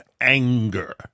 anger